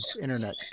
internet